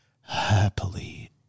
happily